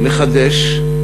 לחדש,